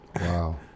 Wow